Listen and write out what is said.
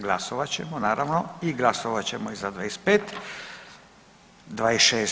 Glasovat ćemo naravno i glasovat ćemo i za 25. 26.